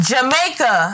Jamaica